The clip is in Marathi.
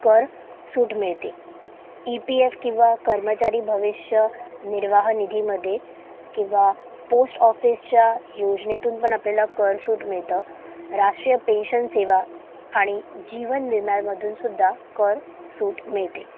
कर सूट मिळते इ पी एफ किंवा कर्मचारी भविष्य निर्वाह निधीमध्ये किंवा पोस्ट ऑफिसच्या योजनेतून पण आपल्याला कर सूट मिळतं राष्ट्रीय पेन्शन सेवा आणि जीवन विम्यामधून सुद्धा कर सूट मिळते